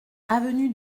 avenue